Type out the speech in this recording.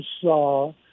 saw